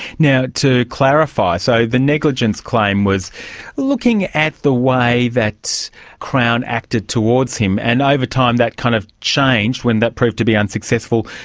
to clarify, so the negligence claim was looking at the way that crown acted towards him, and over time that kind of changed when that proved to be unsuccessful,